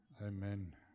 Amen